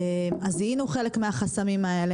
זיהינו חלק מהחסמים האלה.